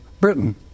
Britain